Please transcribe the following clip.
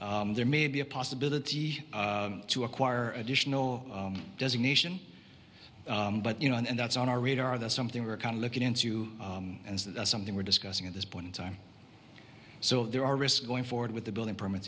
there may be a possibility to acquire additional designation but you know and that's on our radar that's something we're kind of looking into and something we're discussing at this point in time so there are risks going forward with the building permit